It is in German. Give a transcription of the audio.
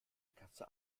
kasse